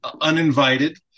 uninvited